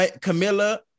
Camilla